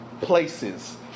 places